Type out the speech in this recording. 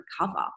recover